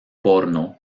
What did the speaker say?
porno